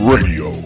Radio